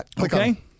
Okay